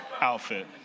outfit